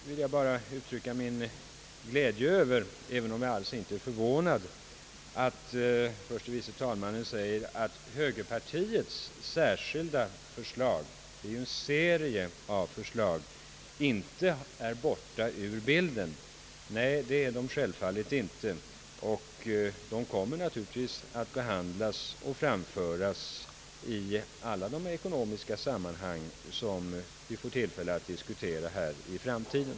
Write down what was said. Vidare vill jag uttrycka min glädje — även om jag alls inte är förvånad — över herr förste vice talmannens uttalande att högerpartiets särskilda förslag, som ju är en serie av förbättringar för näringsliv, trygghet och sysselsättning, inte är borta ur bilden. Nej, det är de självfallet inte. De kommer naturligtvis att framföras av oss och behandlas i alla de ekonomiska sammanhang där vi får tillfälle att diskutera näringspolitik i framtiden.